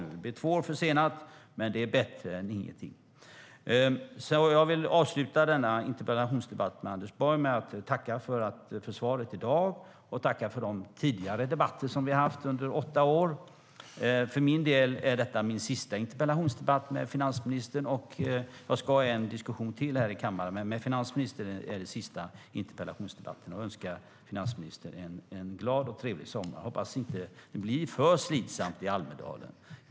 Förslaget är två år försenat, men det är bättre än ingenting. Jag vill avsluta denna interpellationsdebatt med Anders Borg med att tacka för svaret i dag och tacka för de tidigare debatter som vi har haft under åtta år. För min del är detta min sista interpellationsdebatt med finansministern. Jag ska ha en diskussion till i kammaren, men med finansministern är det här den sista interpellationsdebatten. Jag önskar finansministern en glad och trevlig sommar. Jag hoppas att det inte blir för slitsamt i Almedalen.